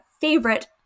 favorite